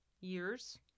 years